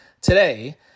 today